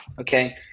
okay